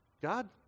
God